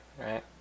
right